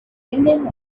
ringing